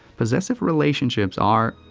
possessive relationships are,